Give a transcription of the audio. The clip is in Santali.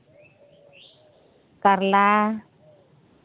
ᱠᱟᱨᱞᱟ